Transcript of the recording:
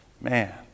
man